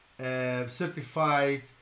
certified